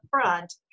front